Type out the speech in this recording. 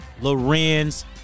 Lorenz